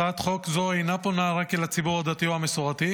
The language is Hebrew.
הצעת חוק זו אינה פונה רק אל הציבור הדתי או המסורתי,